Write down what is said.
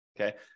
Okay